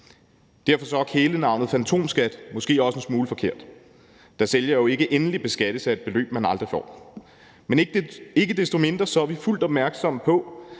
Derfor er kælenavnet fantomskat måske også en smule forkert, da sælger jo ikke endeligt beskattes af et beløb, som man aldrig får. Men ikke desto mindre er vi fuldt opmærksomme på,